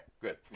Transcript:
good